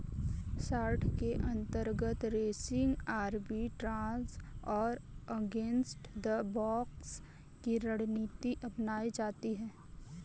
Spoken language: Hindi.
शार्ट के अंतर्गत रेसिंग आर्बिट्राज और अगेंस्ट द बॉक्स की रणनीति अपनाई जाती है